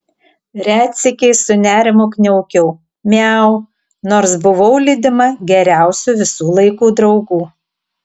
retsykiais su nerimu kniaukiau miau nors buvau lydima geriausių visų laikų draugų